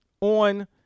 on